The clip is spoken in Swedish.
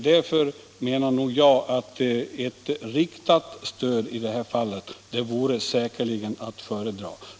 Därför anser jag att ett riktat stöd i detta fall vore att föredra.